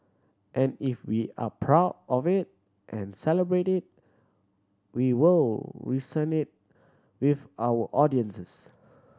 and if we are proud of it and celebrate it we will resonate with our audiences